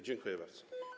Dziękuję bardzo.